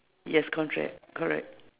yes contract correct